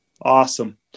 awesome